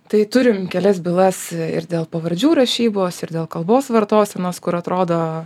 tai turim kelias bylas ir dėl pavardžių rašybos ir dėl kalbos vartosenos kur atrodo